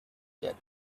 get